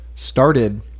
Started